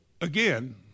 again